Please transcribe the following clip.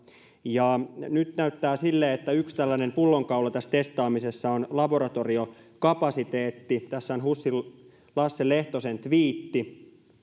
ja nyt näyttää siltä että yksi tällainen pullonkaula tässä testaamisessa on laboratoriokapasiteetti tästä on husin lasse lehtosen tviitti